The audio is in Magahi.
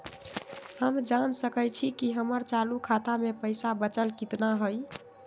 हम जान सकई छी कि हमर चालू खाता में पइसा बचल कितना हई